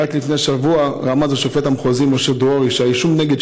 ורק לפני שבוע רמז השופט המחוזי משה דרורי שהאישום נגד